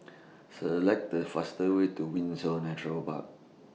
Select The fastest Way to Windsor Nature Park